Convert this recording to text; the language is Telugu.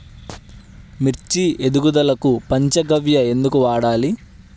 మిర్చి ఎదుగుదలకు పంచ గవ్య ఎందుకు వాడాలి?